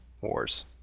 Wars